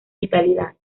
vitalidad